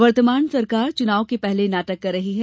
वर्तमान सरकार चुनाव के पहले नाटक कर रही है